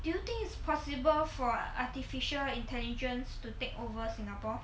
do you think it's possible for artificial intelligence to take over singapore